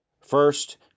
First